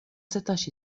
setax